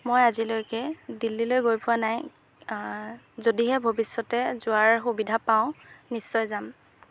মই আজিলৈকে দিল্লীলৈ গৈ পোৱা নাই যদিহে ভৱিষ্যতে যোৱাৰ সুবিধা পাওঁ নিশ্চয় যাম